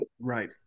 Right